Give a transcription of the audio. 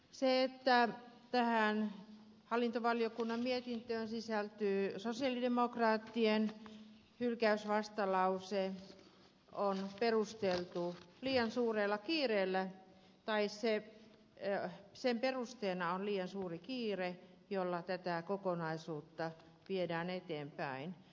sen että tähän hallintovaliokunnan mietintöön sisältyy sosialidemokraattien hylkäysvastalause on perusteltu liian suurella kiireellä tai se jää sen perusteena on liian suuri kiire jolla tätä kokonaisuutta viedään eteenpäin